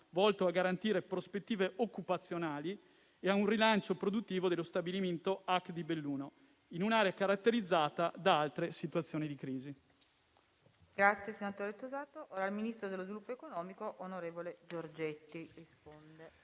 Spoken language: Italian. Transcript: volto a garantire prospettive occupazionali e un rilancio produttivo dello stabilimento ACC di Belluno, in un'area caratterizzata da altre situazioni di crisi.